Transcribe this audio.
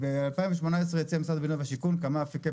2018 הציע משרד הבינוי והשיכון כמה אפיקי